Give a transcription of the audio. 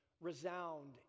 resound